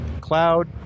cloud